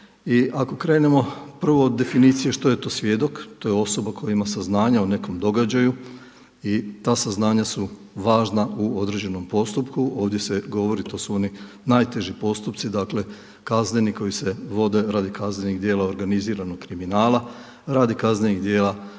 ako krenemo prvo od definicije što je to svjedok to je osoba koja ima saznanja o nekom događaju i ta saznanja su važna u određenom postupku. Ovdje se govori to su oni najteži postupci kazneni radi kaznenih djela organiziranog kriminala, radi kaznenih djela protiv sloboda